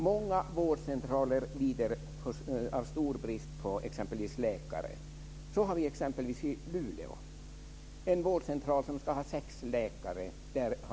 Många vårdcentraler lider stor brist på exempelvis läkare. Så har vi det bl.a. i Luleå.